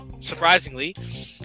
surprisingly